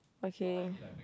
okay